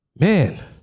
Man